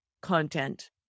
content